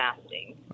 fasting